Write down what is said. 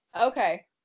Okay